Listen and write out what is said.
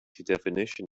definition